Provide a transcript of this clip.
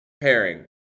pairing